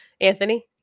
Anthony